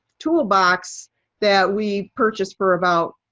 toolbox that we purchased for about,